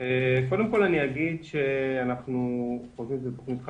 קודם כל אני אגיד שזו תוכנית חשובה,